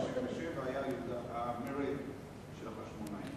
המרד של החשמונאים.